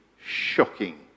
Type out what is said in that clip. shocking